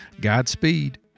Godspeed